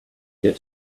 get